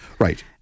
Right